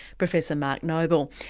professor mark noble.